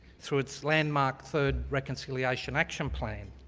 through its landmark third reconciliation action plan.